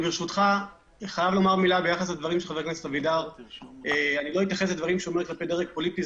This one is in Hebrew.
לא אתייחס לדברי חבר הכנסת אבידר על הגורמים הפוליטיים,